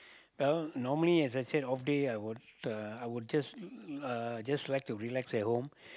uh normally as I said off day I would uh I would just uh just like to relax at home